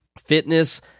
fitness